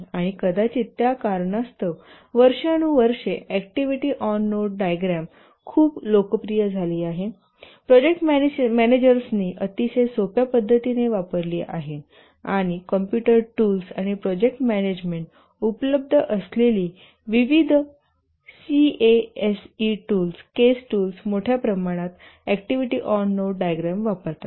आणि कदाचित त्या कारणास्तव वर्षानुवर्षे अॅक्टिव्हिटी ऑन नोड डायग्राम खूप लोकप्रिय झाली आहे प्रोजेक्ट मॅनेजर्सनी अतिशय सोप्या पद्धतीने वापरली आहे आणि कॉम्प्यूटर टूल्स आणि प्रोजेक्ट मॅनेजमेंट उपलब्ध असलेली विविध सीएएसई टूल्स मोठ्या प्रमाणात अॅक्टिव्हिटी ऑन नोड डायग्राम वापरतात